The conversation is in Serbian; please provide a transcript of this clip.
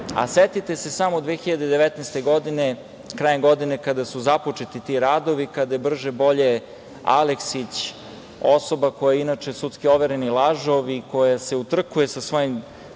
Setite se samo 2019. godine, krajem godine kada su započeti ti radovi i kada je brže – bolje Aleksić, osoba koja je inače sudski overeni lažov i koja se utrkuje sa svojim